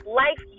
life